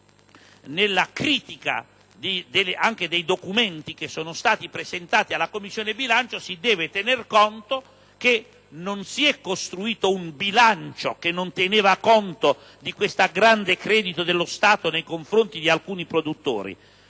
nella critica anche dei documenti che sono stati presentati alla Commissione bilancio, si deve considerare che non si è costruito un bilancio che non teneva conto di questo grande credito dello Stato nei confronti di alcuni produttori,